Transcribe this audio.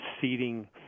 seeding –